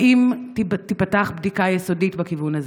האם תיפתח בדיקה יסודית בכיוון הזה?